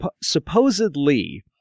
supposedly